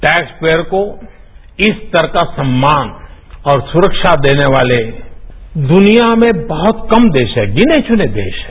tax payer को इस स्तर का सम्मान औरसुरक्षा देने वाले दुनिया में बहुत कम देश हैं गिने चुने देश हैं